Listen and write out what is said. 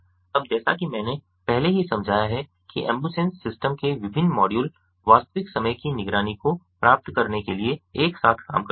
अब जैसा कि मैंने पहले ही समझाया है कि अम्बुसेन्स सिस्टम के विभिन्न मॉड्यूल वास्तविक समय की निगरानी को प्राप्त करने के लिए एक साथ काम करते हैं